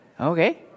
Okay